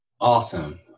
Awesome